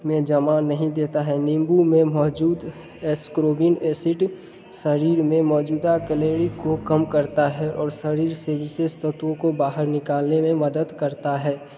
में जमा नहीं देता है नीम्बू में मौजूद एस्कोरिन एसिड शरीर में मौजूदा केलरी को कम करता है और शरीर से विशेष तत्वों को बाहर निकालने में मदद करता है